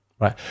right